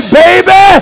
baby